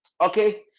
Okay